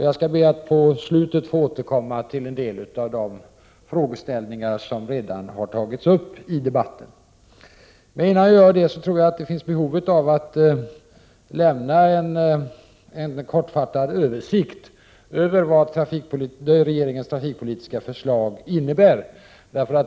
Jag skall be att få återkomma till en del av de frågeställningar som har tagits upp i debatten. Jag tror emellertid att det dessförinnan finns behov av att jag lämnar en kortfattad översikt över vad regeringens trafikpolitiska förslag innebär.